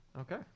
Okay